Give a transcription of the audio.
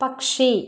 പക്ഷി